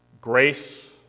grace